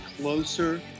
closer